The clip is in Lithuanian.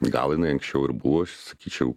gal jinai anksčiau ir buvo aš sakyčiau